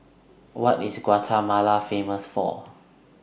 What IS Guatemala Famous For